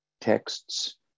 texts